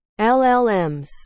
llms